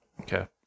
Okay